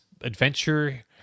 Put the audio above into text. adventure